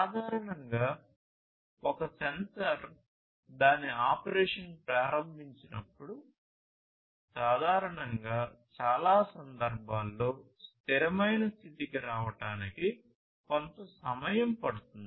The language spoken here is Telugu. సాధారణంగా ఒక సెన్సార్ దాని ఆపరేషన్ ప్రారంభించినప్పుడు సాధారణంగా చాలా సందర్భాలలో స్థిరమైన స్థితికి రావడానికి కొంత సమయం పడుతుంది